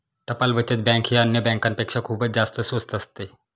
टपाल बचत बँक ही अन्य बँकांपेक्षा खूपच जास्त स्वस्त असते